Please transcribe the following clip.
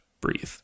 breathe